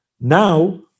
now